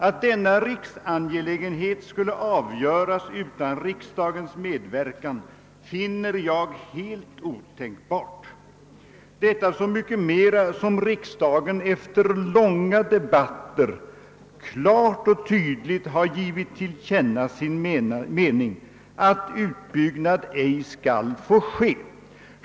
Att denna riksangelägenhet skulle avgöras utan riksdagens medverkan finner jag helt otänkbart, detta så mycket mer som riksdagen efter långa debatter klart och tydligt har givit till känna sin mening att utbyggnad ej skall få ske.